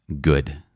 good